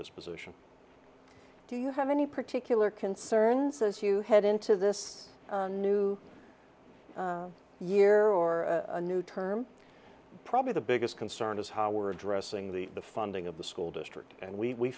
this position do you have any particular concerns as you head into this new year or a new term probably the biggest concern is how we're addressing the the funding of the school district and we